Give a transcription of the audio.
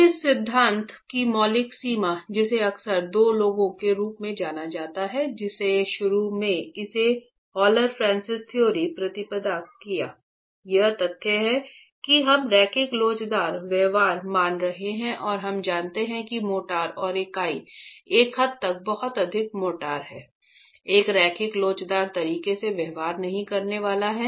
तो इस सिद्धांत की मौलिक सीमा जिसे अक्सर दो लोगों के रूप में जाना जाता है जिसने शुरू में इसे हॉलर फ्रांसिस सिद्धांत प्रतिपादित किया यह तथ्य है कि हम रैखिक लोचदार व्यवहार मान रहे हैं और हम जानते हैं कि मोर्टार और इकाई एक हद तक बहुत अधिक मोर्टार है एक रैखिक लोचदार तरीके से व्यवहार नहीं करने वाला है